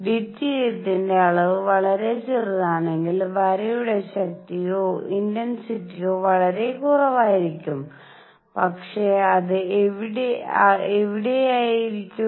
ഡ്യൂറ്റീരിയത്തിന്റെ അളവ് വളരെ ചെറുതാണെങ്കിൽ വരയുടെ ശക്തിയോ ഇന്റന്സിറ്റിയോ വളരെ കുറവായിരിക്കും പക്ഷേ അത് അവിടെയായിരിക്കും